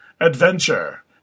Adventure